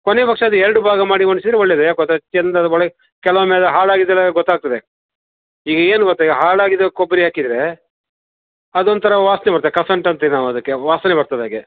ಕೊನೆಪಕ್ಷ ಅದು ಎರಡು ಭಾಗ ಮಾಡಿ ಒಣ್ಸಿರೆ ಒಳ್ಳೇದು ಯಾಕೆ ಗೊತ್ತ ಚೆಂದ ಒಣಗಿ ಕೆಲವೊಮ್ಮೆ ಎಲ್ಲ ಹಾಳಾಗಿದ್ದೆಲ್ಲ ಗೊತ್ತಾಗ್ತದೆ ಈಗ ಏನು ಗೊತ್ತ ಈಗ ಹಾಳಾಗಿದ್ದು ಕೊಬ್ಬರಿ ಹಾಕಿದ್ರೇ ಅದೊಂಥರ ವಾಸನೆ ಬರತ್ತೆ ಕಸಂಟ್ ಅಂತಿವಿ ನಾವು ಅದಕ್ಕೆ ವಾಸನೆ ಬರ್ತದೆ ಹಾಗೆ